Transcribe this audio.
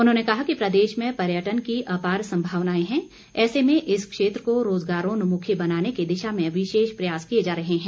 उन्होंने कहा कि प्रदेश में पर्यटन की अपार संभावनाएं हैं ऐसे में इस क्षेत्र को रोजगारोन्मुखी बनाने की दिशा में विशेष प्रयास किए जा रहे हैं